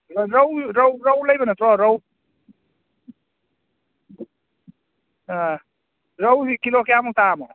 ꯔꯧ ꯔꯧ ꯔꯧ ꯂꯩꯕ ꯅꯠꯇ꯭ꯔꯣ ꯔꯧ ꯑꯥ ꯔꯧꯁꯤ ꯀꯤꯂꯣ ꯀꯌꯥꯃꯨꯛ ꯇꯥꯔꯃꯣ